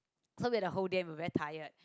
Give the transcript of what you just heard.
so that the whole day we were very tired